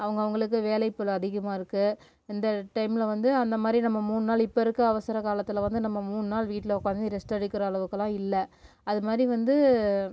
அவங்க அவங்களுக்கு வேலை பழு அதிகமாக இருக்குது இந்த டைமில் வந்து அந்தமாதிரி நம்ம மூணு நாள் இப்போ இருக்கிற அவசர காலத்தில் வந்து நம்ம மூணு நாள் வீட்டில் உட்காந்து ரெஸ்ட் எடுக்கிற அளவுக்கெல்லாம் இல்லை அதுமாதிரி வந்து